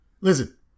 Listen